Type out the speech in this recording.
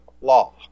law